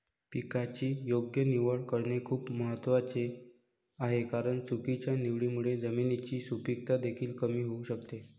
पिकाची योग्य निवड करणे खूप महत्वाचे आहे कारण चुकीच्या निवडीमुळे जमिनीची सुपीकता देखील कमी होऊ शकते